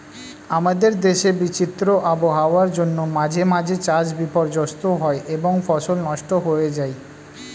আমাদের দেশে বিচিত্র আবহাওয়ার জন্য মাঝে মাঝে চাষ বিপর্যস্ত হয় এবং ফসল নষ্ট হয়ে যায়